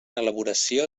elaboració